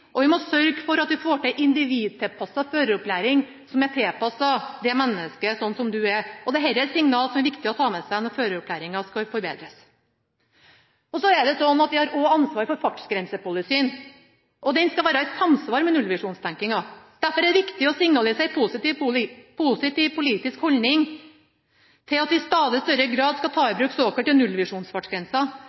teorikurset, vi må sørge for at det blir mer mengdetrening, og vi må sørge for at vi får til en føreropplæring tilpasset det mennesket en er. Dette er signaler som er viktige å ta med seg når føreropplæringa skal forbedres. Vi har også ansvaret for fartsgrensepolicyen. Den skal være i samsvar med nullvisjonstenkinga. Derfor er det viktig å signalisere en positiv politisk holdning til det at vi i stadig større grad skal ta i bruk såkalte